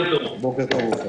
בוקר טוב, עפר.